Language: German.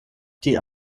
die